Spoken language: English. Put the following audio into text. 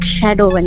Shadow